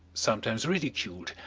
sometimes ridiculed,